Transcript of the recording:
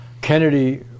Kennedy